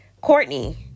Courtney